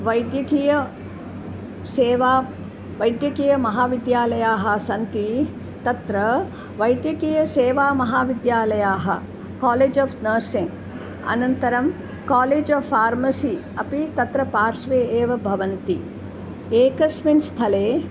वैद्यकीयसेवा वैद्यकीयमहाविद्यालयाः सन्ति तत्र वैद्यकीयसेवा महाविद्यालयाः कालेज् आफ़् नर्सिङ्ग् अनन्तरं कालेज् आफ़् फ़ार्मसि अपि तत्र पार्श्वे एव भवन्ति एकस्मिन् स्थले